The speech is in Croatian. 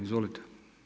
Izvolite.